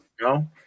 No